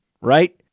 right